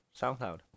SoundCloud